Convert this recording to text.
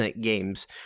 games